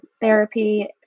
therapy